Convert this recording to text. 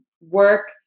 work